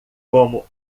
como